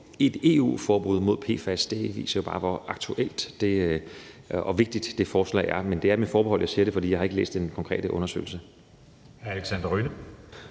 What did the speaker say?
et EU-forbud mod PFAS; det har Danmark også rejst forslag om. Men det er med forbehold, jeg siger det, for jeg har ikke læst den konkrete undersøgelse.